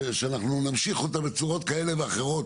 שאנחנו נמשיך אותה בצורות כאלה ואחרות